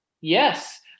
Yes